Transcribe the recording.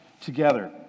together